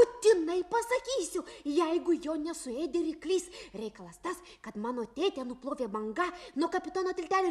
būtinai sakysiu jeigu jo nesuėdė ryklys reikalas tas kad mano tėtę nuplovė banga nuo kapitono tiltelio